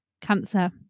cancer